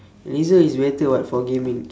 razer is better [what] for gaming